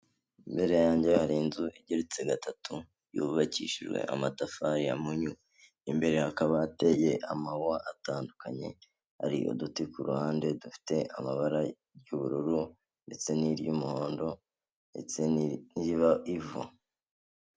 Imbere yanjye hari inzu igeretse gatatu, yubakishijwe amatafari ya mpunyu, imbere hakaba hateye amahwa atandukanye, hari uduti ku ruhande dufite amabara iry'ubururu ndetse n'iry'umuhondo ndetse n'iriba ivu.